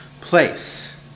place